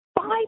five